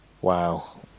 wow